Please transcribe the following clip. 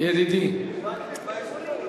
וקנין, מה יש לך?